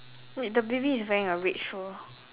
wait the baby is wearing a red shoe